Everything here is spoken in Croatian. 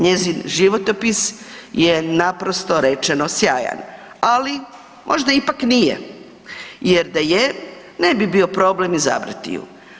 Njezin životopis je naprosto rečeno sjajan, ali možda ipak nije jer da je ne bi bio problem izabrati ju.